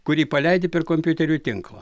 kurį paleidi per kompiuterių tinklą